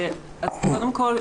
קודם כול,